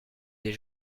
des